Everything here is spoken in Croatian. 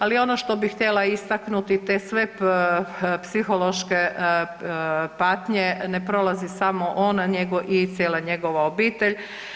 Ali ono što bih htjela istaknuti te sve psihološke patnje ne prolazi samo on, nego i cijela njegova obitelj.